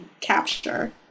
capture